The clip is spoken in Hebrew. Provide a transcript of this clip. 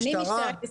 אני במשטרת ישראל.